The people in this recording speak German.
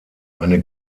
eine